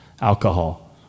Alcohol